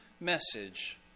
message